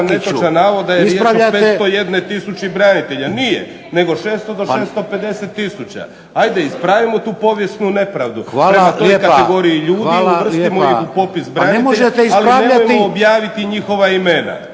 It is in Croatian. ne možete ispravljati.